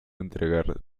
entregar